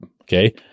okay